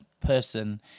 person